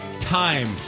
time